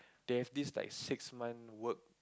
there's this like six month work